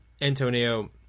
Antonio